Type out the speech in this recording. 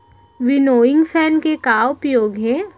Winnowing fan के का उपयोग हे?